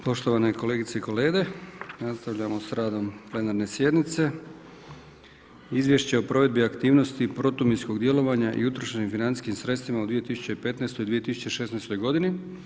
Poštovane kolegice i kolege, nastavljamo sa radom plenarne sjednice. - Izvješće o provedbi aktivnosti protuminskog djelovanja i utrošenim financijskim sredstvima u 2015. i 2016. godini.